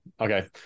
okay